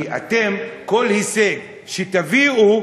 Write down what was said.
כי אתם, כל הישג שתביאו,